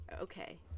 okay